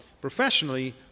professionally